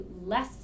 less